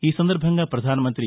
ఈ సందర్బంగా ప్రధానమంతి